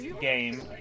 game